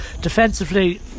defensively